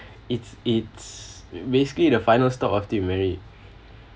it's it's basically the final stop after you married